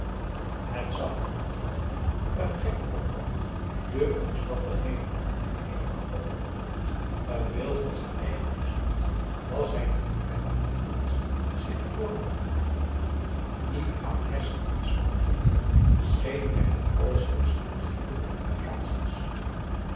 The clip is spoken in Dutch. het zag vond hij er gek voor hem uit de omstandigheden hadden hem heelemaal overrompeld een beeld van zijn eigen toestand was hij nog niet bij machte geweest zich te vormen niet aan herseninspanning gewoon aum boe akar eel schenen hem dit alles hoogst ingewikkelde complicaties